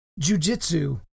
jujitsu